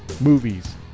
movies